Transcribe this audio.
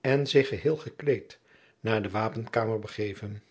en zich geheel gekleed naar de wapenkamer begeven